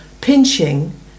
pinching